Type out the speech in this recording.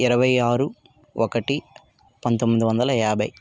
ఇరవై ఆరు ఒకటి పంతొమ్మిది వందల యాభై